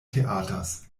theaters